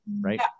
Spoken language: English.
Right